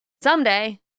Someday